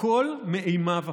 הכול מאימה ופחד.